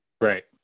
right